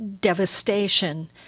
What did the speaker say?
devastation